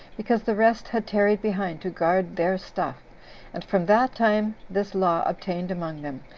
because the rest had tarried behind to guard their stuff and from that time this law obtained among them,